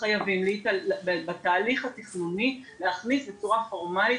וחייבים בתהליך התכנוני להכניס בצורה פורמלית